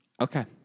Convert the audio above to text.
Okay